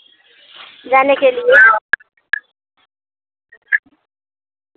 जाने के लिए